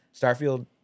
Starfield